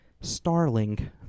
Starling